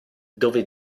dove